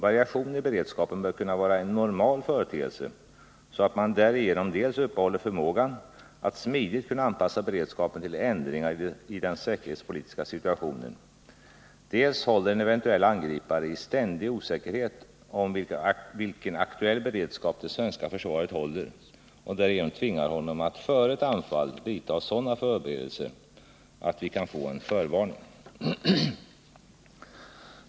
Variationer i beredskapen bör kunna vara en normal företeelse, så att man därigenom dels uppehåller förmågan att smidigt anpassa beredskapen till ändringar i den säkerhetspolitiska situationen, dels håller en eventuell angripare i ständig osäkerhet om vilken aktuell beredskap det svenska försvaret håller och därigenom tvingar honom att före ett anfall vidta sådana förberedelser att vi kan få en förvarning.